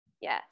Yes